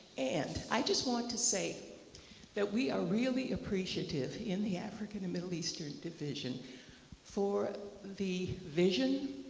and i just want to say that we are really appreciative in the african and middle eastern division for the vision,